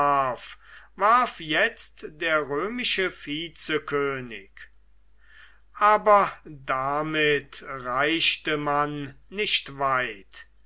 warf jetzt der römische vizekönig aber damit reichte man nicht weit